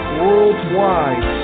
worldwide